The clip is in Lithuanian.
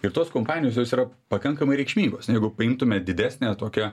ir tos kompanijos jos yra pakankamai reikšmingos na jeigu paimtume didesnę tokią